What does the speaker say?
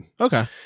Okay